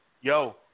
Yo